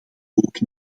ook